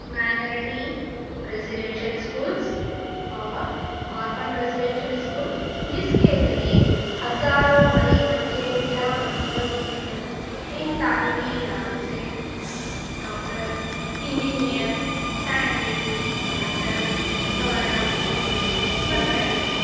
minority residential schools اور اور fund residential school جس کے ذریعے ہزاروں غریب بچے بلا مذہب و ملت اِن تعلیمی اداروں سے ڈاکٹر انجینئر سائنٹسٹ کلکٹر وغیرہ بن رہے ہیں